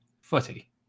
footy